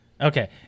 Okay